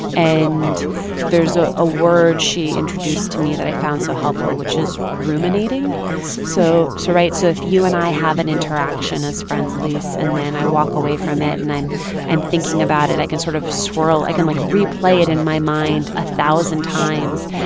and there's ah a word she introduced to me that i found so helpful, which is ruminating so so right? so if you and i have an interaction as friends, elise, and then i walk away from it, and i'm i'm thinking about it, i can sort of swirl i can, like, replay it in my mind a thousand times.